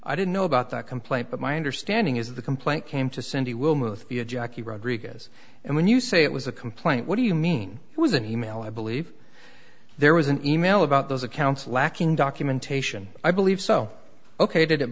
i didn't know about that complaint but my understanding is the complaint came to cindy will move jackie rodriguez and when you say it was a complaint what do you mean it was an e mail i believe there was an e mail about those accounts lacking documentation i believe so ok did it